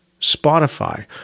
Spotify